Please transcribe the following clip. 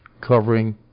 covering